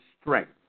strength